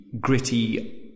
gritty